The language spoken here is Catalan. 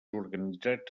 organitzats